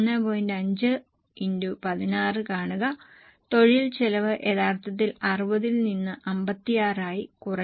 5 x 16 കാണുക തൊഴിൽ ചെലവ് യഥാർത്ഥത്തിൽ 60 ൽ നിന്ന് 56 ആയി കുറഞ്ഞു